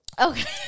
Okay